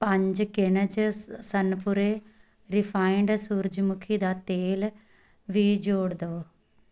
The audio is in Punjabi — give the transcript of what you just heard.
ਪੰਜ ਕੈਨਜ਼ ਸ ਸਨਪੁਰੇ ਰਿਫਾਇੰਡ ਸੂਰਜਮੁਖੀ ਦਾ ਤੇਲ ਵੀ ਜੋੜ ਦੇਵੋ